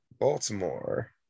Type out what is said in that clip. Baltimore